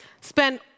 spend